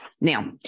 Now